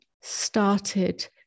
started